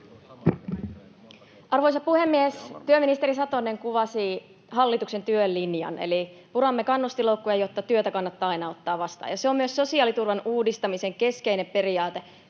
Arvoisa puhemies! Työministeri Satonen kuvasi hallituksen työlinjan, eli puramme kannustinloukkuja, jotta työtä kannattaa aina ottaa vastaan, ja se on myös sosiaaliturvan uudistamisen keskeinen periaate: